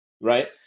right